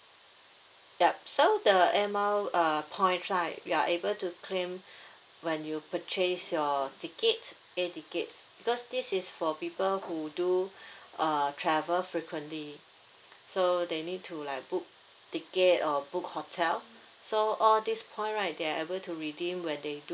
yup so the air mile uh points right you are able to claim when you purchase your ticket air tickets because this is for people who do uh travel frequently so they need to like book ticket or book hotel so all these points right they are able to redeem when they do